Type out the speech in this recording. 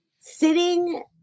sitting